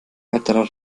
weiterer